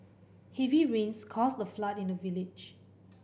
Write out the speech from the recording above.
heavy rains caused the flood in the village